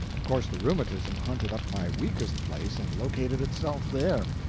of course the rheumatism hunted up my weakest place and located itself there.